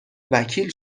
وکیل